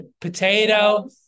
potato